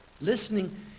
Listening